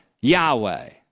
Yahweh